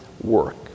Work